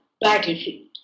battlefield